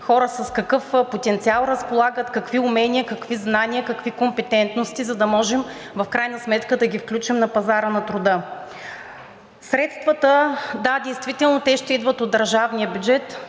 хора с какъв потенциал разполагат – какви умения, какви знания, какви компетентности, за да можем в крайна сметка да ги включим в пазара на труда. Средствата, да, действително ще идват от държавния бюджет,